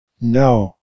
No